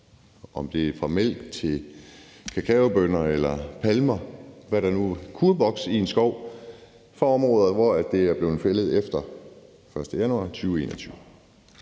lige fra mælk til kakaobønner eller palmer, og hvad der nu kunne vokse i en skov, fra områder, hvor det er blevet fældet efter den 1. januar 2021.